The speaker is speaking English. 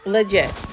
Legit